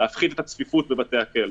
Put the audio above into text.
להפחית את הצפיפות בבתי הכלא,